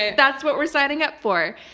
that's what we're signing up for.